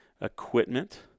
equipment